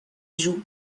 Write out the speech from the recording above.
joue